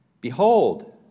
Behold